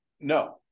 No